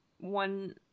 one